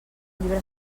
llibre